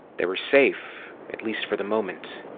they were safe, at least for the moment.